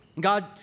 God